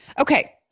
Okay